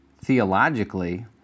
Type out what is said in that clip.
theologically